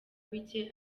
bike